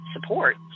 support